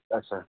ᱟᱪ ᱪᱷᱟ ᱼᱟᱪᱪᱷᱟ